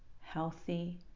healthy